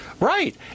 Right